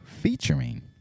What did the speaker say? featuring